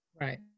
right